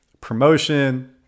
Promotion